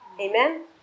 Amen